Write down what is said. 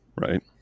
right